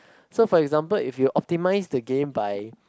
so for example if you optimize the game by